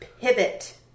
pivot